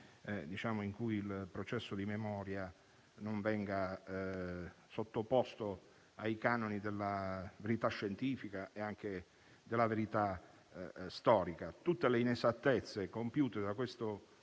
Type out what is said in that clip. in cui il processo della memoria non venga sottoposto ai canoni della verità scientifica e anche storica. Tutte le inesattezze compiute da questo